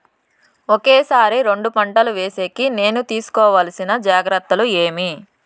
ఒకే సారి రెండు పంటలు వేసేకి నేను తీసుకోవాల్సిన జాగ్రత్తలు ఏమి?